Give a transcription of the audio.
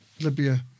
Libya